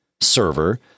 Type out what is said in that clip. server